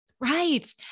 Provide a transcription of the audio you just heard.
Right